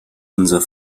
unser